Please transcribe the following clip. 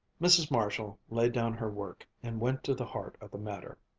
mrs. marshall laid down her work and went to the heart of the matter.